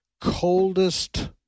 coldest